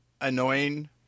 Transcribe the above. annoying